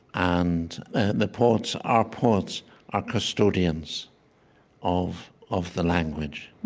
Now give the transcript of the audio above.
and the poets our poets are custodians of of the language.